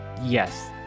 Yes